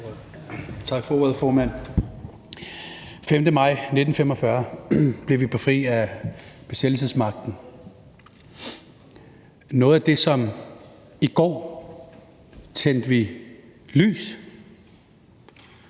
Tak for ordet, formand. Den 5. maj 1945 blev vi befriet for besættelsesmagten. I går tændte vi lys